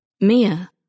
Mia